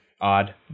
odd